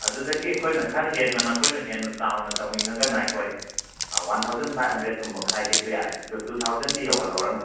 ꯑꯗꯨꯗꯒꯤ ꯑꯩꯈꯣꯏꯅ ꯈꯔ ꯍꯦꯟꯅ ꯅꯈꯣꯏꯅ ꯍꯦꯟꯅ ꯆꯥꯎꯅ ꯇꯧꯅꯤꯡꯉꯒꯅ ꯑꯩꯈꯣꯏ ꯋꯥꯟ ꯊꯥꯎꯖꯟ ꯐꯥꯏꯕ ꯍꯟꯗ꯭ꯔꯦꯠꯀꯨꯝꯕ ꯈꯥꯏꯒꯦꯁꯨ ꯌꯥꯔꯦ ꯑꯗꯣ ꯇꯨ ꯊꯥꯎꯖꯟꯗꯤ ꯌꯧꯍꯜꯂꯨꯔꯅꯨ